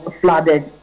flooded